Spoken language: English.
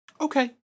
Okay